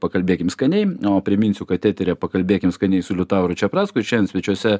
pakalbėkim skaniai priminsiu kad eteryje pakalbėkim skaniai su liutauru čepracku šiandien svečiuose